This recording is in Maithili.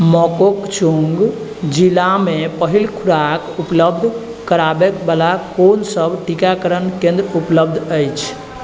मोकोकचुंग जिलामे पहिल खुराक उपलब्ध कराबए बला कोन सभ टीकाकरण केंद्र उपलब्ध अछि